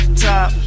top